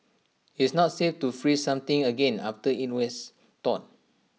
it's not safe to freeze something again after IT was thawed